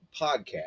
podcast